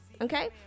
Okay